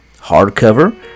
hardcover